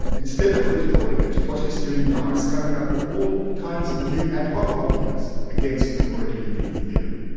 instead of withdrawing it, what he's doing now is coming up with all kinds of new ad hoc arguments against the freudian dream theory.